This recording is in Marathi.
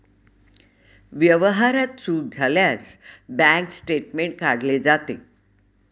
व्यवहारात चूक झाल्यास बँक स्टेटमेंट काढले जाते